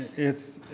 it's